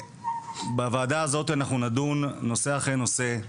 בוועדה הזו אנחנו נדון נושא אחר הנושא.